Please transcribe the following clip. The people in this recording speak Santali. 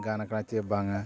ᱜᱟᱱ ᱠᱟᱱᱟᱪᱮ ᱵᱟᱝᱟ